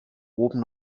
oben